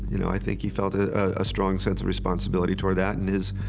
you know, i think he felt a, a strong sense of responsibility toward that, and his,